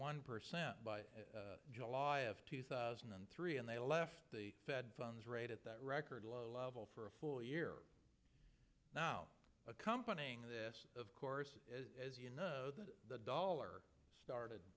one percent by july of two thousand and three and they left the fed funds rate at that record low level for a full year now accompanying this of course as you know the dollar started